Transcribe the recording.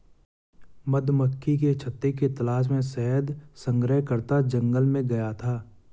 मधुमक्खी के छत्ते की तलाश में शहद संग्रहकर्ता जंगल में गया था